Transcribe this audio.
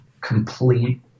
complete